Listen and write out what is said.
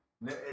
No